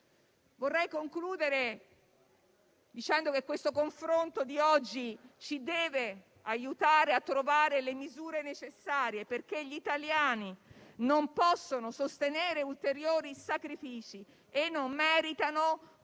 vorrei concludere dicendo che il confronto di oggi ci deve aiutare a trovare le misure necessarie, perché gli italiani non possono sostenere ulteriori sacrifici e non meritano un Governo